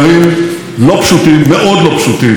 הקשר הזה חשוב לביטחון ישראל.